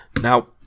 Now